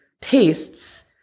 tastes